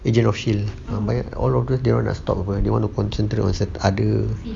angel of shield ah banyak all of them dia orang nak stop and they want to concentrate on cer~ other